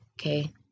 okay